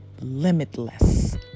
limitless